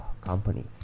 company